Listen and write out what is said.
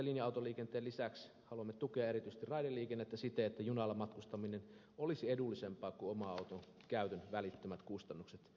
linja autoliikenteen lisäksi haluamme tukea erityisesti raideliikennettä siten että junalla matkustaminen olisi edullisempaa kuin mitä ovat oman auton käytön välittömät kustannukset